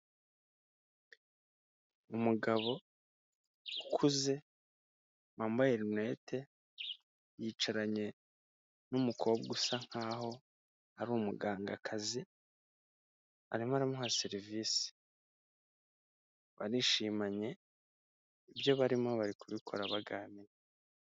Umugabo ukuze wambaye rinete yicaranye n'umukobwa usa nk'aho ari umugangakazi, arimo aramuha serivisi, barishimanye ibyo barimo bari kubikora baganira.